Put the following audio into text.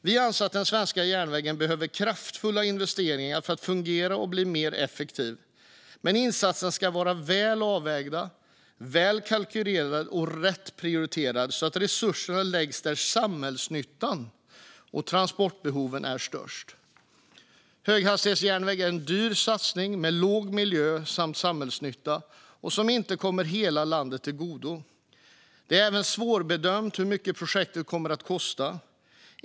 Vi anser att den svenska järnvägen behöver kraftfulla investeringar för att fungera och bli mer effektiv, men insatserna ska vara väl avvägda, väl kalkylerade och rätt prioriterade så att resurserna läggs där samhällsnyttan och transportbehoven är störst. Höghastighetsjärnväg är en dyr satsning med låg miljö och samhällsnytta, och den kommer inte att komma hela landet till godo. Det är även svårbedömt hur mycket projektet kommer att kosta.